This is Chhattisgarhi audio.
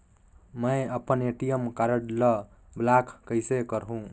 मै अपन ए.टी.एम कारड ल ब्लाक कइसे करहूं?